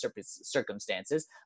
circumstances